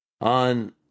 On